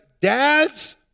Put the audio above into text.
dads